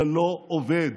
זה לא עובד,